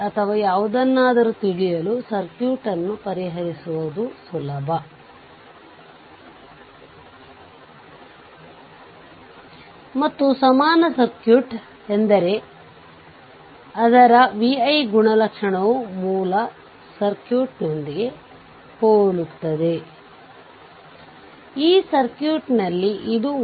ಅದು ಈ circuit VThevenin ಮತ್ತು ಇದು RThevenin ಆದ್ದರಿಂದ ವಿಥೆವೆನಿನ್ VThevenin ಟರ್ಮಿನಲ್ನಲ್ಲಿ ಓಪನ್ ಸರ್ಕ್ಯೂಟ್ ವೋಲ್ಟೇಜ್ ಆಗಿದೆ